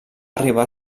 arribar